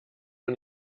man